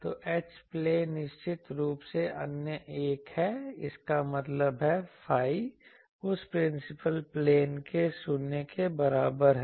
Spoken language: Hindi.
तो H प्लेन निश्चित रूप से अन्य एक है इसका मतलब है phi उस प्रिंसिपल प्लेन के 0 के बराबर है